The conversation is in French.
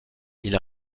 ils